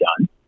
done